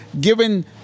given